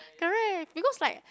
correct because like